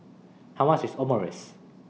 How much IS Omurice